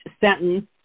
sentence